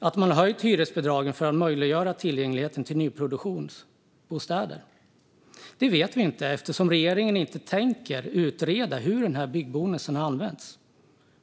Har man höjt hyresbidragen för att möjliggöra tillgång till nyproducerade bostäder? Det vet vi inte eftersom regeringen inte tänker utreda hur denna byggbonus har använts.